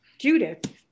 Judith